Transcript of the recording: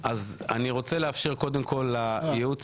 אני רוצה קודם כל לאפשר לייעוץ